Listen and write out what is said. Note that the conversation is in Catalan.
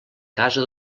casa